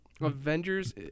Avengers